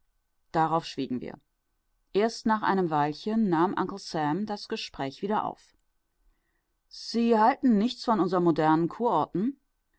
darauf schwiegen wir erst nach einem weilchen nahm uncle sam das gespräch wieder auf sie halten nichts von unseren modernen